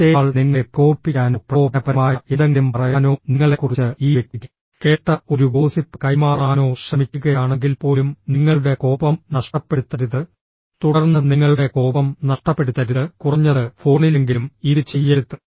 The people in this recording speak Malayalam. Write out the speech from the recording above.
മറ്റേയാൾ നിങ്ങളെ പ്രകോപിപ്പിക്കാനോ പ്രകോപനപരമായ എന്തെങ്കിലും പറയാനോ നിങ്ങളെക്കുറിച്ച് ഈ വ്യക്തി കേട്ട ഒരു ഗോസിപ്പ് കൈമാറാനോ ശ്രമിക്കുകയാണെങ്കിൽപ്പോലും നിങ്ങളുടെ കോപം നഷ്ടപ്പെടുത്തരുത് തുടർന്ന് നിങ്ങളുടെ കോപം നഷ്ടപ്പെടുത്തരുത് കുറഞ്ഞത് ഫോണിലെങ്കിലും ഇത് ചെയ്യരുത്